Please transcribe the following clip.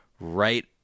right